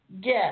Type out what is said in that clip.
get